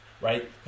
right